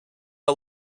are